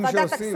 ועדת הכספים.